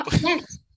yes